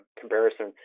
comparison